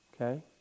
Okay